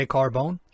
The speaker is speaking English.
Carbone